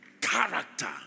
Character